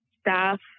staff